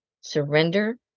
surrender